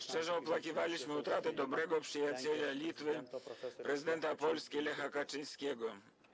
Szczerze opłakiwaliśmy utratę dobrego przyjaciela Litwy prezydenta Polski Lecha Kaczyńskiego.